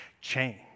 change